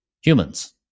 humans